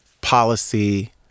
policy